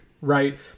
right